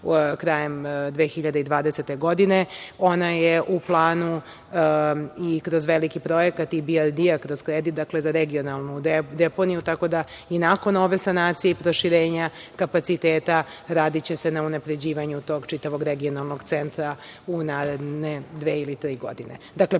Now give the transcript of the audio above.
krajem 2020. godine, ona je u planu i kroz veliki projekat IBRD, dakle, za regionalnu deponiju, tako da i nakon ove sanacije i proširenja kapaciteta, radiće se na unapređivanju tog čitavog regionalnog centra u naredne dve ili tri godine.